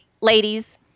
ladies